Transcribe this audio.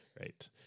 Right